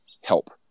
help